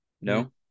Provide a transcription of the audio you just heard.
no